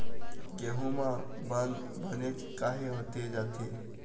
गेहूं म बंद बनेच काहे होथे जाथे?